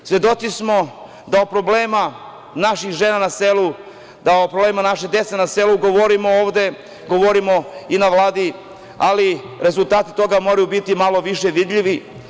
Svedoci smo da o problemima naših žena na selu, da o problemima naše dece na selu, govorimo ovde, govorimo i na Vladi, ali rezultati toga moraju biti malo više vidljivi.